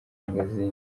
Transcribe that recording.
mangazini